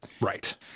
Right